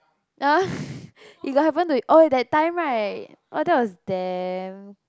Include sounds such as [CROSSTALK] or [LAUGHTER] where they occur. [LAUGHS] you got happen to oh that time right that was damn